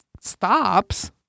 stops